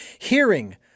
hearing